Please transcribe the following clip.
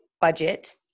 budget